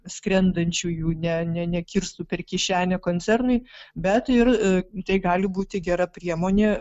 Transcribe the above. skrendančiųjų ne ne nekirstų per kišenę koncernui bet ir tai gali būti gera priemonė